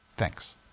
Thanks